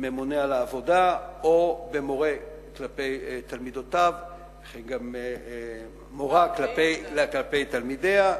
בממונה על העבודה או במורה כלפי תלמידותיו ומורה כלפי תלמידיה,